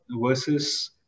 versus